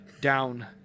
down